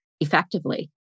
effectively